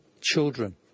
children